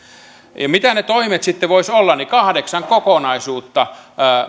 mitä ne toimet sitten voisivat olla kahdeksan kokonaisuutta